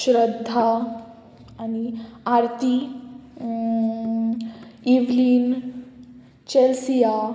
श्रध्दा आनी Aarti Evelyn Chelsea